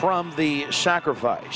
from the sacrifice